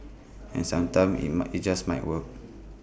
and sometimes IT might IT just might work